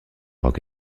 rock